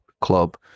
club